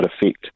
effect